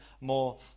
more